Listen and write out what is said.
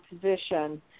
position